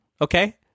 Okay